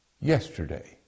yesterday